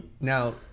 now